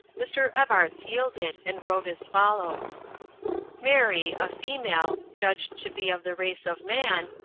mr. evarts yielded, and wrote as follows mary, a female, judged to be of the race of man,